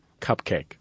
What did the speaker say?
Cupcake